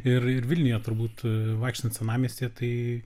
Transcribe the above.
ir ir vilniuje turbūt vaikštant senamiestyje tai